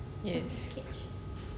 yes